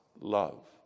love